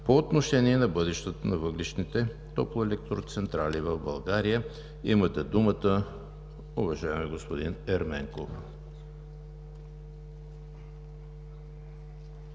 по отношение на бъдещето на въглищните топлоелектроцентрали в България. Имате думата, уважаеми господин Ерменков.